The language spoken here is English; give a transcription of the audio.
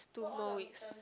two more weeks